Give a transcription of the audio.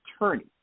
attorney